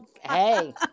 Hey